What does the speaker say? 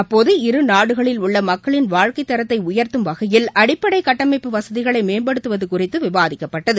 அப்போது இருநாடுகளில் உள்ள மக்களின் வாழ்க்கை தரத்தை உயர்த்தும் வகையில் அடிப்படை கட்டமைப்பு வசதிகளை மேம்படுத்துவது குறித்து விவாதிக்கப்பட்டது